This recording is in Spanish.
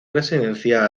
residencia